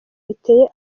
biteye